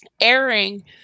airing